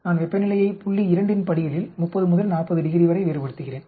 நான் வெப்பநிலையை புள்ளி 2 இன் படிகளில் 30 முதல் 40° வரை வேறுபடுத்துகிறேன்